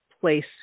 place